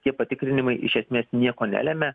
tie patikrinimai iš esmės nieko nelemia